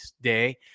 day